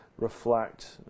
reflect